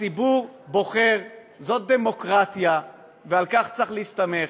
הציבור בוחר, זאת דמוקרטיה, ועל כך צריך להסתמך.